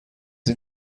این